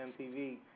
MTV